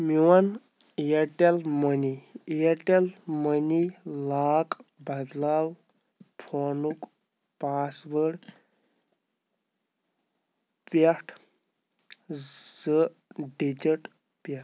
میون Airtel money Airtel money lock بدلاو فونُک پاس وٲڈ پٮ۪ٹھ زٕ ڈجٹ پؠٹھ